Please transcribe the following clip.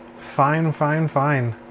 fine, fine, fine.